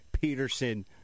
Peterson